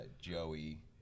Joey